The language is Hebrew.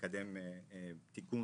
לקדם תיקון,